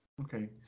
Okay